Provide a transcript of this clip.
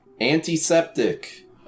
Antiseptic